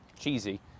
cheesy